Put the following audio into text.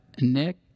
Nick